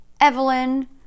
Evelyn